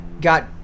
got